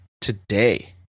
today